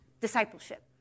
discipleship